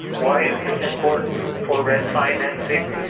why is this important for redd financing?